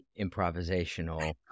improvisational